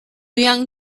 young